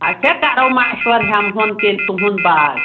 اچھا کَرو مَشوَر ہٮ۪مہٕ ہون تیٚلہِ تُہُنٛد باغ